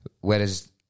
Whereas